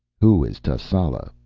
who is tascela?